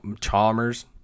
Chalmers